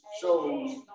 shows